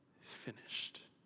finished